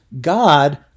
God